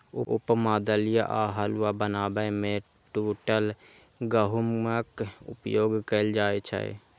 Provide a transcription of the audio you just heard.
उपमा, दलिया आ हलुआ बनाबै मे टूटल गहूमक उपयोग कैल जाइ छै